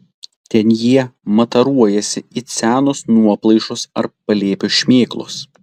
ten jie mataruojasi it senos nuoplaišos ar palėpių šmėklos